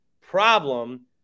problem